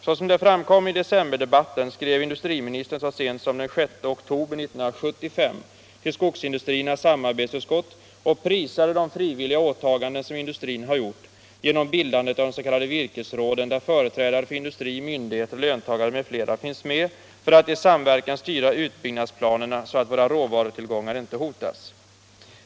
Såsom framkom i decemberdebatten skrev industriministern så sent som den 6 oktober 1975 till skogsindustriernas samarbetsutskott och prisade de frivilliga åtaganden som industrin har gjort genom bildandet av de s.k. virkesområden, där företrädare för industri, myndigheter och löntagare finns med för att i samverkan styra tillbyggnadsplanerna så att våra råvarutillgångar inte hotas.